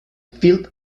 field